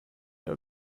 aber